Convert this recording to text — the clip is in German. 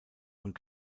und